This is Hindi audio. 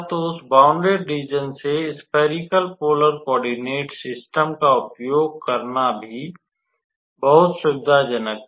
तो उस बाउंडेड रीज़न से स्फेरिकल पोलर कोओर्डिनट सिस्टम का उपयोग करना भी बहुत सुविधाजनक है